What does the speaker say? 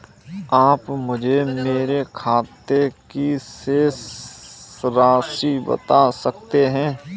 आप मुझे मेरे खाते की शेष राशि बता सकते हैं?